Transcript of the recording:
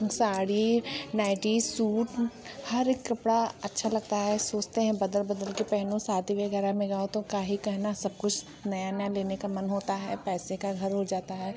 sari nightie suit हर एक कपड़ा अच्छा लगता है सोचते हैं बदल बदल के पहनूँ शादी वग़ैरह में जाऊं तो क्या ही कहना सब कुछ नया नया लेने का मन होता है पैसे का घर उड़ जाता है